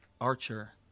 Archer